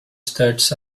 studs